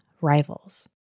Rivals